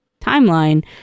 timeline